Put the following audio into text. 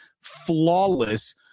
flawless